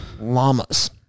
llamas